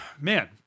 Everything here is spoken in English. man